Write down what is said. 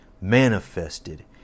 manifested